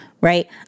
right